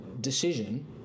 decision